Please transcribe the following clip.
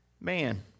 man